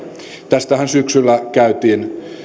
tästähän syksyllä käytiin